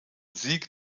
sieg